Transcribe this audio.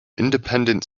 independent